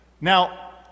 Now